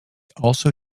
also